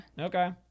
okay